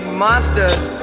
monsters